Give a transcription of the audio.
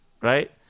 right